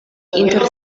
inter